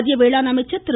மத்திய வேளாண் அமைச்சர் திரு